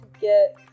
get